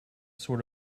sort